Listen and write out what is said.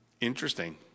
Interesting